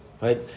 right